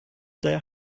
their